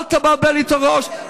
אל תבלבל לי בראש.